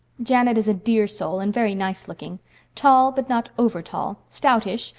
janet is a dear soul and very nicelooking tall, but not over-tall stoutish,